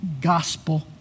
gospel